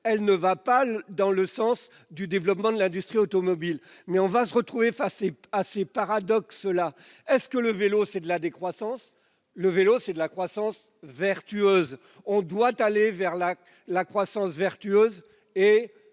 elle ne va pas dans le sens du développement de l'industrie automobile, mais il va falloir faire face à ces paradoxes : le vélo, est-ce de la décroissance ? Non, c'est de la croissance vertueuse ! On doit aller vers la croissance vertueuse et,